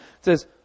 says